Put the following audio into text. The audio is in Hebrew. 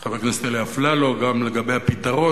חבר הכנסת אלי אפללו גם לגבי הפתרון.